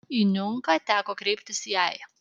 į niunką teko kreiptis jai